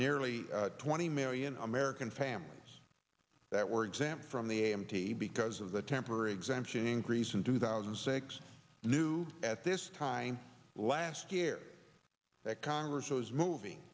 nearly twenty million american families that were exempt from the a m t because of the temporary exemption increase in two thousand and six new at this time last year that congress was moving